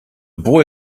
boy